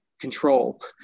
control